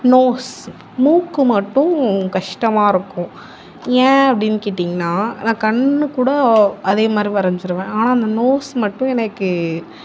nose மூக்கு மட்டும் கஷ்டமா இருக்கும் ஏன் அப்படினு கேட்டீங்கனா நான் கண் கூட அதே மாதிரி வரைஞ்சிருவேன் ஆனால் அந்த நோஸ் மட்டும் எனக்கு